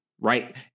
Right